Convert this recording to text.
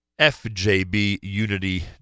fjbunity